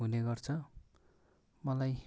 हुने गर्छ मलाई